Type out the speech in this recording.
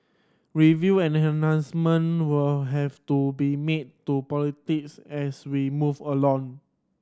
review and enhancement will have to be made to politics as we move along